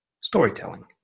storytelling